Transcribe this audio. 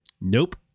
Nope